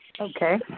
Okay